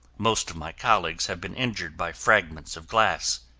most of my colleagues have been injured by fragments of glass.